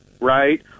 right